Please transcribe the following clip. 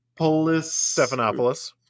Stephanopoulos